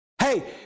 hey